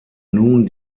nun